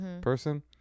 person